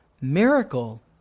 miracle